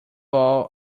all